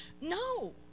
No